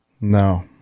No